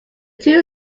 two